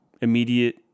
immediate